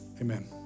Amen